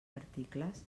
articles